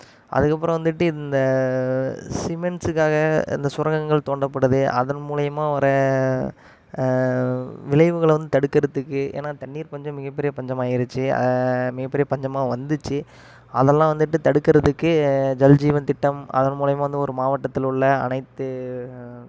அதுக்கு அப்புறம் வந்துட்டு இந்த சிமண்ட்ஸுக்காக இந்த சுரங்கங்கள் தோண்டப்படுது அதன் மூலயமா வர விளைவுகளை வந்து தடுக்குறதுக்கு ஏன்னா தண்ணீர் பஞ்சம் மிகப்பெரிய பஞ்சமாக ஆயிடுச்சி மிகப்பெரிய பஞ்சமாகவும் வந்துச்சு அதெல்லாம் வந்துட்டு தடுக்குறதுக்கு ஜல்ஜீவன் திட்டம் அதன் மூலயமா வந்து ஒரு மாவட்டத்தில் உள்ள அனைத்து